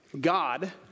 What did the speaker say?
God